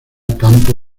campo